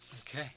Okay